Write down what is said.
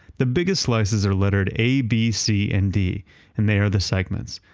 the biggest slices are lettered a, b, c and d and they are the segments.